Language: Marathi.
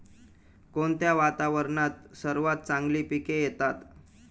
कोणत्या वातावरणात सर्वात चांगली पिके येतात?